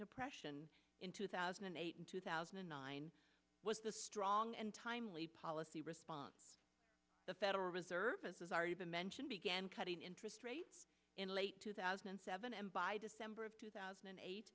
depression in two thousand and eight and two thousand and nine was the strong and timely policy response the federal reserve as has already been mentioned began cutting interest rates in late two thousand and seven and by december of two thousand and eight